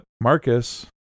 Marcus